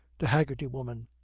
the haggerty woman.